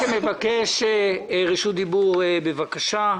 קרעי, בבקשה.